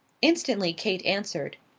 instantly kate answered.